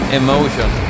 emotion